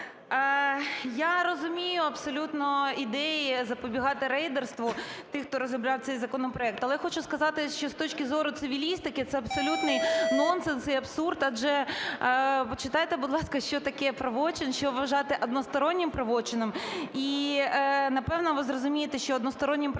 Я розумію абсолютно ідеї запобігати рейдерству тих, хто розробляв цей законопроект, але хочу сказати, що з точки зору цивілістики це абсолютний нонсенс і абсурд. Адже почитайте, будь ласка, що таке правочин, що вважати одностороннім правочином, і, напевне, ви зрозумієте, що одностороннім правочином